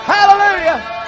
Hallelujah